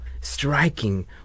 striking